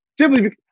Simply